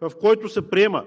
в който се приема,